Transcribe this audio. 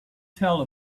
tell